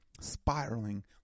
Spiraling